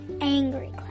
angry